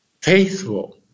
faithful